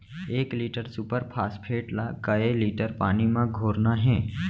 एक litre super phosphate ला कए लीटर पानी मा घोरना हे?